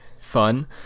fun